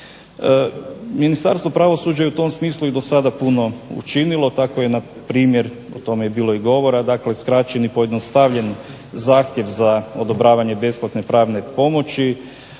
Ministarstvo pravosuđa je u tom smislu i do sada je puno učinilo, tako je npr. o tome i bilo govora, skraćen i pojednostavljen zahtjev za odobravanje besplatne pravne pomoći.